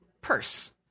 purse